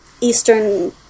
Eastern